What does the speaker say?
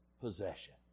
possession